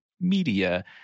Media